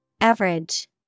Average